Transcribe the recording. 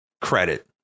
credit